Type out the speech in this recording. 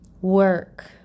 work